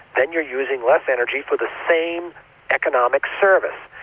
then you're using less energy for the same economic service,